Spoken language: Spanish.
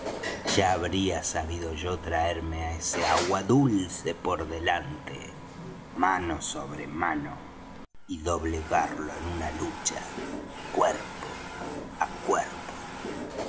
ya habría sabido yo traerme á ese agua dulce por delante mano sobre mano y doblegarlo en una lucha cuerpo á cuerpo